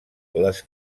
les